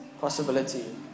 possibility